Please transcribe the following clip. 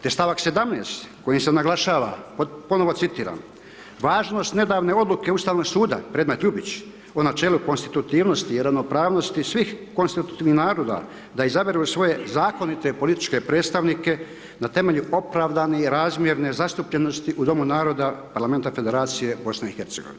Te stavak 17. kojim se naglašava, ponovno citiram, važnost nedavne odluke Ustavnog suda predmet Ljubić, o načelu konstruktivnosti i ravnopravnosti svih konstitutivnih naroda da izaberu svoje zakonite političke predstavnike na temelju opravdanih razmjene zastupljenosti u domu narodu parlamenta federacije BIH.